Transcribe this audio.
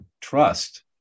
trust